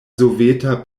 soveta